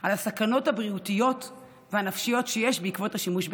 על הסכנות הבריאותיות והנפשיות בעקבות השימוש בקנביס.